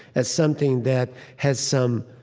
as something that has some